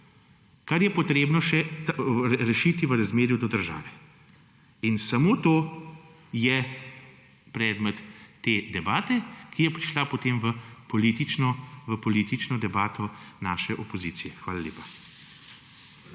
kar je potrebno še rešiti v razmerju do države. In samo to je predmet te debate, ki je prišla potem v politično debato naše opozicije. Hvala lepa.